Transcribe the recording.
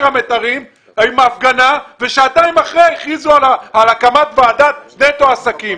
המיתרים בהפגנה ושעתיים אחר כך הכריזו על הקמת ועדת נטו עסקים.